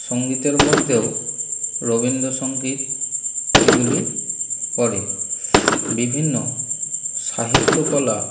সংগীতের মধ্যেও রবীন্দ্র সংগীত এগুলি পড়ে বিভিন্ন সাহিত্যকলা